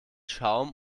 schaum